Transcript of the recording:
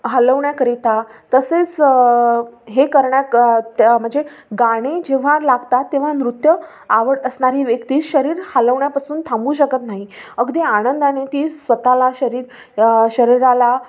हालवण्याकरिता तसेच हे करण्यात त्या म्हणजे गाणे जेव्हा लागतात तेव्हा नृत्य आवड असणारी व्यक्ती शरीर हलवण्यापासून थांबू शकत नाही अगदी आनंदाने ती स्वत ला शरीर शरीराला